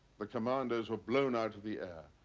but commanders were blown out of the air.